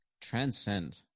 Transcend